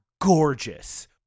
gorgeous